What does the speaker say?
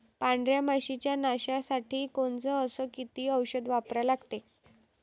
पांढऱ्या माशी च्या नाशा साठी कोनचं अस किती औषध वापरा लागते?